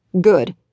Good